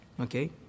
Okay